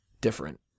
different